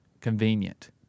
Convenient